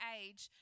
age